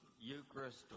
Eucharist